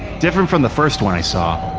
different from the first one i saw,